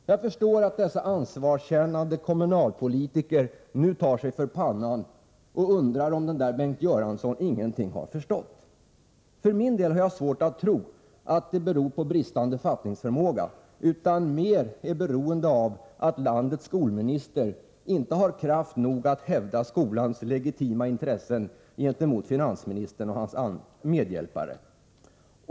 Jag förstår att dessa ansvarskännande kommunalpolitiker nu tar sig för pannan och undrar om den där Bengt Göransson ingenting har — Om det reducerade förstått. bidraget till grund För min del har jag svårt att tro att orsaken är bristande fattningsförmåga. skolans vikarier Jag tror att detta mer är beroende av att landets skolminister inte har kraft nog att hävda skolans legitima intressen gentemot finansministern och hans medhjälpare.